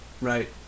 right